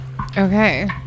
okay